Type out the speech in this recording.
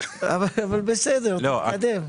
אבל בסדר, תתקדם.